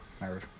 nerd